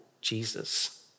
Jesus